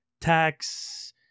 tax